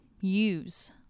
use